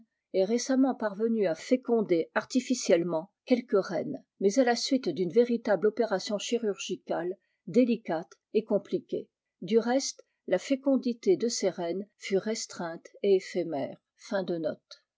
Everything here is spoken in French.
est récemment parvenu à fécoaarlificieuement quelques reines mais à la suite d'une uable opération chirurgicale délicate et compliquée du e la fécondité de ces reines fut restreinte et éphémère